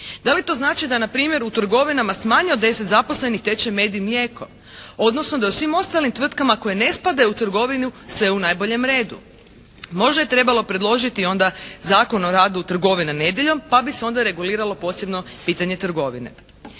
Da li to znači da na primjer u trgovinama s manje od 10 zaposlenih teče med i mlijeko, odnosno da u svim ostalim tvrtkama koje ne spadaju u trgovinu sve u najboljem redu. Možda je trebalo predložiti onda Zakon o radu trgovina nedjeljom pa bi se onda reguliralo posebno pitanje trgovine.